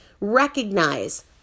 Recognize